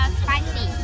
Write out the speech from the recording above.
spicy